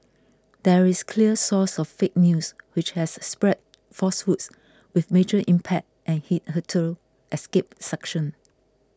there is clear source of fake news which has spread falsehoods with major impact and hitherto escaped sanction